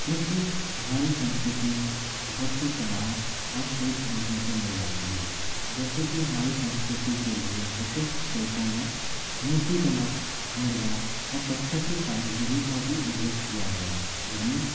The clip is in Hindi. क्योंकि हमारी संस्कृति में बहुत सी कलाएं और शिल्प देखने को मिल जाती हैं जैसे कि हमारी संस्कृति के लिए विशिष्ट शिल्पों में मूर्ति कला मुर्गा और पत्थर के कारीगरी का भी उल्लेख किया गया है यानी